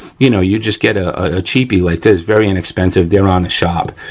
you know, you just get a cheapy like this, very inexpensive, they're on the shop.